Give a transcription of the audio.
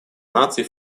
наций